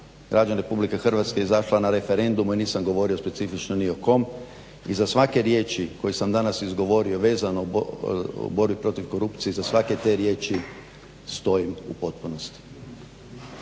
je kad je većina građana RH izašla na referendume ja nisam govorio specifično ni o kom. Iza svake riječi koju sam danas izgovorio vezano o borbi protiv korupcije, iza svake te riječi stojim u potpunosti.